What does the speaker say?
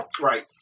Right